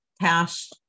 Cash